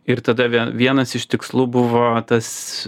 ir tada vie vienas iš tikslų buvo tas